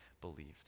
believed